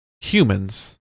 humans